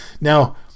now